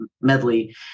medley